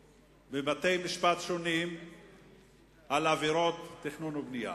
בבתי-משפט שונים על עבירות תכנון ובנייה.